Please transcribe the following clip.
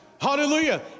hallelujah